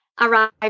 arrived